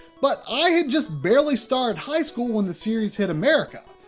but i had just barely started high school when the series hit america.